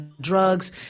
drugs